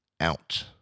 out